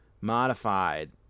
modified